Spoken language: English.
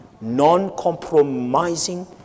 non-compromising